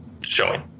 showing